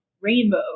rainbow